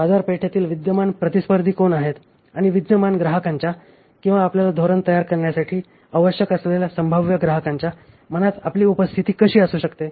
बाजारपेठेतील विद्यमान प्रतिस्पर्धी कोण आहेत आणि विद्यमान ग्राहकांच्या किंवा आपल्याला धोरण तयार करण्यासाठी आवश्यक असलेल्या संभाव्य ग्राहकांच्या मनात आपली उपस्थिती कशी असू शकते